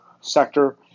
sector